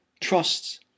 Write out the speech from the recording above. Trusts